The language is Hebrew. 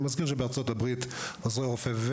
אני מזכיר שבארצות-הברית עוזרי רופאים